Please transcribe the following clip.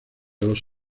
los